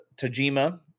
Tajima